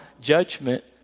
judgment